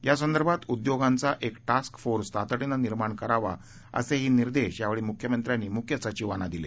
या संदर्भात उद्योगांचा एक टास्क फोर्स तातडीने निर्माण करावा असेही निर्देश यावेळी मुख्यमंत्र्यांनी मुख्य सचिवांना दिले